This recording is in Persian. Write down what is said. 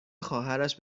خواهرش